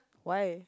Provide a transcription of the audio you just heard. why